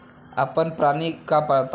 आपण प्राणी का पाळता?